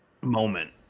moment